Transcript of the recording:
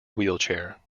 wheelchair